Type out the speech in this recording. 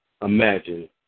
Imagine